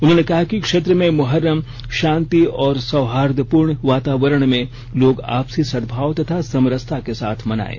उन्होंने कहा कि क्षेत्र में मुहर्रम शांति और सौहार्दपूर्ण वातावरण में लोग आपसी सद्भाव तथा समरसता के साथ मनाये